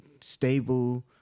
stable